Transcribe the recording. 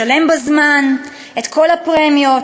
משלם בזמן את כל הפרמיות,